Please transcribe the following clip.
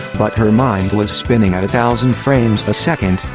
but her mind was spinning at a thousand frames a second,